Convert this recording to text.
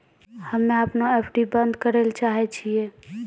हम्मे अपनो एफ.डी बन्द करै ले चाहै छियै